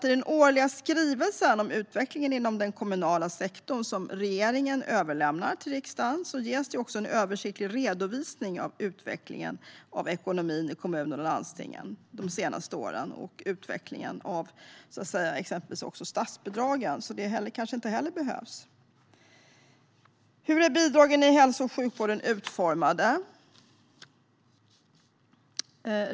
I den årliga skrivelse om utvecklingen inom den kommunala sektorn som regeringen överlämnar till riksdagen ges en översiktlig redovisning av utvecklingen för ekonomin i kommunerna och landstingen de senaste åren samt utvecklingen för exempelvis statsbidragen, så det kanske inte heller behövs. Hur är bidragen till hälso och sjukvården utformade?